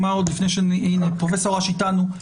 פרופ' אש איתנו,